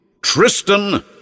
Tristan